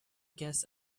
guess